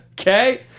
okay